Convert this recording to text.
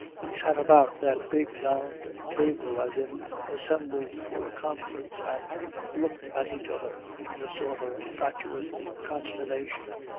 we sat about that big round table as if assembled for a conference and looked at each other in a sort of fatuous consternation.